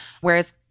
Whereas